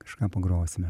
kažką pagrosime